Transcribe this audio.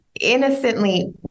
innocently